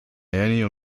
ernie